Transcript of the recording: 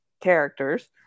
characters